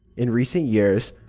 in recent years,